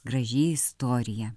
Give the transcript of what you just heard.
graži istorija